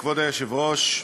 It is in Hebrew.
כבוד היושב-ראש,